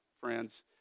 friends